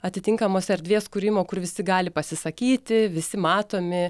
atitinkamos erdvės kūrimo kur visi gali pasisakyti visi matomi